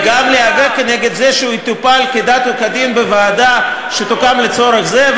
אבל גם להיאבק נגד זה שהוא יטופל כדת וכדין בוועדה שתוקם לצורך זה,